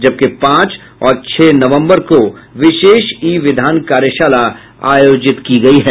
जबकि पांच और छह नवम्बर को विशेष ई विधान कार्यशाला आयोजित की गयी है